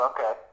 Okay